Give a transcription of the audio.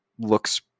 looks